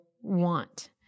want